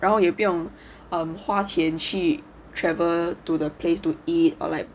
然后也不用花钱去 travel to the place to eat or like